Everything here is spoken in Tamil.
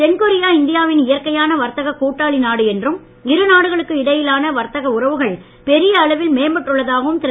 தென்கொரியா இந்தியாவின் இயற்கையான வர்த்தக்க கூட்டாளி நாடு என்றும் இருநாடுகளுக்கும் இடையிலான வர்த்தக உறவுகள் பெரிய அளவில் மேம்பட்டுள்ளதாகவும் திரு